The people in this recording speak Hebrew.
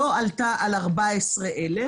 לא עלתה על 14,000,